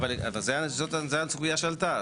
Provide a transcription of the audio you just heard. אבל זו הסוגייה שעלתה.